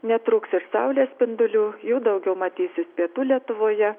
netrūks ir saulės spindulių jų daugiau matysis pietų lietuvoje